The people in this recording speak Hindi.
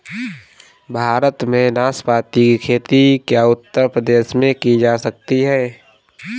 भारत में नाशपाती की खेती क्या उत्तर प्रदेश में की जा सकती है?